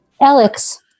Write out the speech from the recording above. Alex